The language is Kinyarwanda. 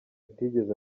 atigeze